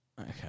okay